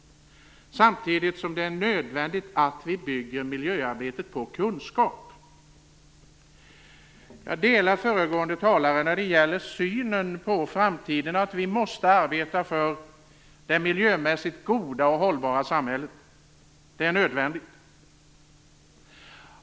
Samtidigt är det nödvändigt att vi bygger miljöarbetet på kunskap. Jag delar föregående talares syn på framtiden. Vi måste arbeta för det miljömässigt goda och hållbara samhället. Det är nödvändigt.